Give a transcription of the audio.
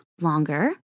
longer